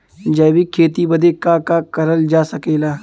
जैविक खेती बदे का का करल जा सकेला?